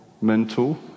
mental